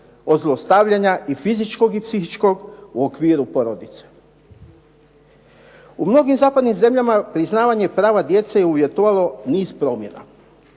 od zlostavljanja i fizičkog i psihičkog u okviru porodice. U mnogim zapadnim zemljama priznavanje prava djece je uvjetovalo niz promjena.